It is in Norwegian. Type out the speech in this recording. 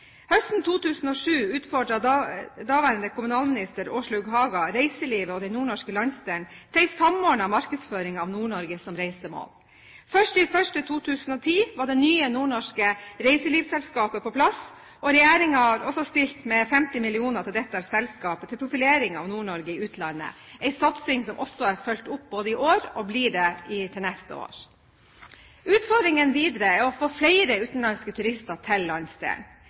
Høsten 2007 utfordret daværende kommunalminister, Åslaug Haga, reiselivet og den nordnorske landsdelen til en samordnet markedsføring av Nord-Norge som reisemål. 1. januar 2010 var det nye nordnorske reiselivsselskapet på plass, og regjeringen har stilt med 50 mill. kr til dette selskapet til profilering av Nord-Norge i utlandet, en satsing som også er fulgt opp i år, og blir det til neste år. Utfordringene videre er å få flere utenlandske turister til landsdelen,